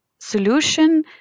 Solution